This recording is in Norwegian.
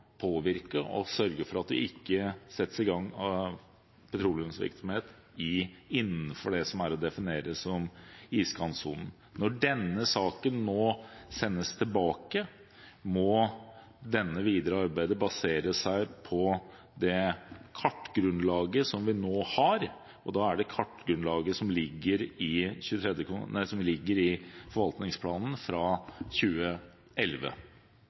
påvirke og for å sørge for at det ikke settes i gang petroleumsvirksomhet innenfor det som er å definere som iskantsonen. Når denne saken nå sendes tilbake, må det videre arbeidet basere seg på det kartgrunnlaget som vi nå har, det kartgrunnlaget som ligger i forvaltningsplanen fra 2011.